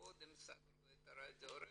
קודם סגרו את רדיו רק"ע